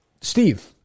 Steve